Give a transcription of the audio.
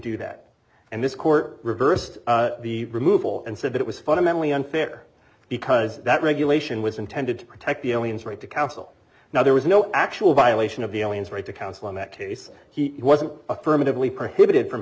do that and this court reversed the removal and said it was fundamentally unfair because that regulation was intended to protect the aliens right to counsel now there was no actual violation of the aliens right to counsel in that case he wasn't affirmatively prohibited from